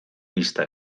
pista